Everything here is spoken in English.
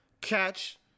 Catch